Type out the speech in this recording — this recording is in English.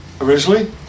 Originally